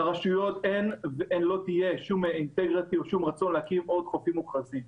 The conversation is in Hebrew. לרשויות אין וגם לא יהיה שום רצון להקים עוד חופים מוכרזים.